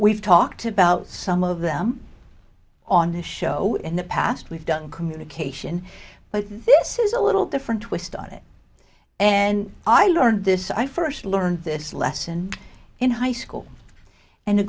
we've talked about some of them on the show in the past we've done communication but this is a little different twist on it and i learned this i first learned this lesson in high school and